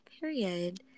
Period